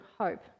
hope